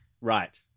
Right